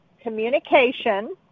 communication